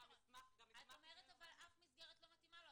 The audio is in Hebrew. את אומרת שאף מסגרת לא מתאימה לו,